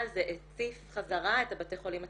זה הציף חזרה את בתי החולים הציבוריים,